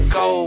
go